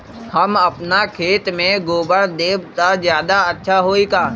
हम अपना खेत में गोबर देब त ज्यादा अच्छा होई का?